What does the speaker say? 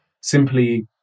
simply